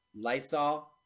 Lysol